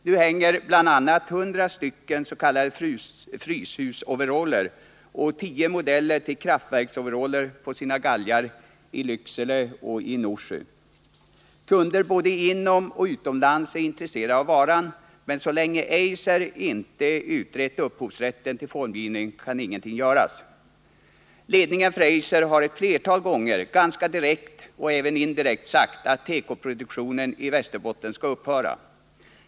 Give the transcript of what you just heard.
Nu hänger bl.a. 100 s.k. fryshusoveraller och tio modeller till en kraftverksoverall på sina galgar i Lycksele och Norsjö. Kunder, både inomoch utomlands, är intresserade av varorna, men så länge Eiser inte har utrett upphovsrätten till formgivningen kan ingenting göras. Ledningen för Eiser har ett flertal gånger ganska direkt och även indirekt sagt att tekoproduktionen i Västerbotten skall upphöra.